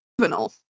Juvenile